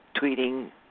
tweeting